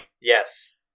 yes